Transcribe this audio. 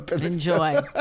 enjoy